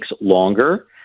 longer